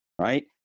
right